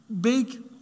big